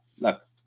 look